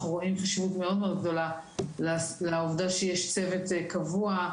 אנחנו רואים חשיבות מאוד-מאוד גדולה לעובדה שיש צוות קבוע,